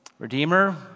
Redeemer